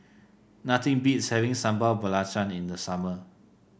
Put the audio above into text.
nothing beats having Sambal Belacan in the summer